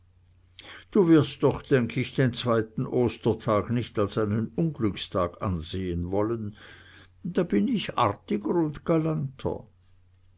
du wirst doch denk ich den zweiten ostertag nicht als einen unglückstag ansehen wollen da bin ich artiger und